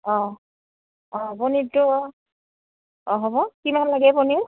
অঁ অঁ পনীৰটো অঁ হ'ব কিমান লাগে পনীৰ